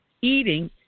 eating